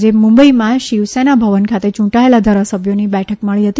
આજે મુંબઇમાં શિવસેના ભવન ખાતે યૂંટાયેલા ધારાસભ્યોની બેઠક મળી હતી